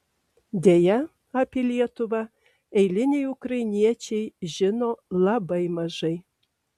deja apie lietuvą eiliniai ukrainiečiai žino labai mažai